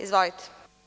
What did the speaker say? Izvolite.